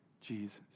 Jesus